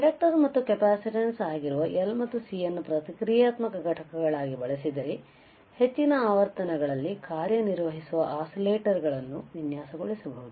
inductor ಮತ್ತು capacitance ಆಗಿರುವ L ಮತ್ತು C ಅನ್ನು ಪ್ರತಿಕ್ರಿಯಾತ್ಮಕ ಘಟಕಗಳಾಗಿ ಬಳಸಿದರೆ ಹೆಚ್ಚಿನ ಆವರ್ತನಗಳಲ್ಲಿ ಕಾರ್ಯನಿರ್ವಹಿಸುವ ಆಸಿಲೇಟರ್ಗಳನ್ನು ವಿನ್ಯಾಸಗೊಳಿಸಬಹುದು